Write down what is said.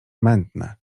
mętne